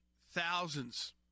thousands